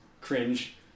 cringe